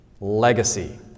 Legacy